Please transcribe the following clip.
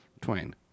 twain